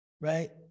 right